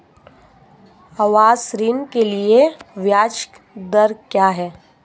आवास ऋण के लिए ब्याज दर क्या हैं?